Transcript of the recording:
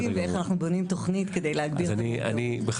ואיך אנחנו בונים תוכנית כדי להגביר את המודעות.